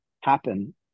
happen